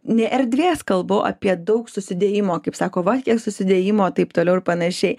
ne erdvės kalbu apie daug susidėjimo kaip sako va kiek susidėjimo taip toliau ir panašiai